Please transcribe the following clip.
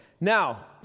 Now